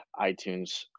iTunes